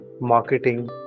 marketing